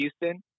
Houston